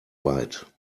weit